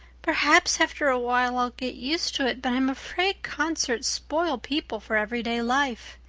perhaps after a while i'll get used to it, but i'm afraid concerts spoil people for everyday life.